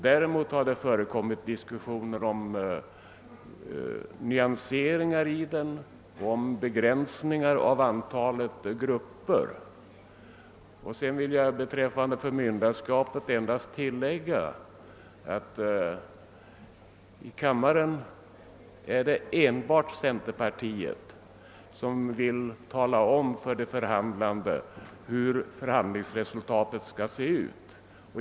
Däremot har det förekommit diskussioner om nyanseringar i den och om begränsning av antalet grupper. Beträffande förmynderskapet vill jag endast tillägga att det i kammaren enbart är centerpartiet som vill tala om för de förhandlande hur förhandlingsresultatet skall se ut.